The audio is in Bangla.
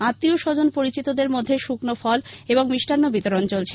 আত্মীয় স্বজন পরিচিতিদের মধ্যে শুকনো ফল এবং মিষ্টান্ন বিতরণ চলছে